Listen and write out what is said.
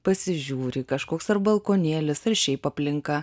pasižiūri kažkoks ar balkonėlis ar šiaip aplinka